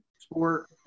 Sport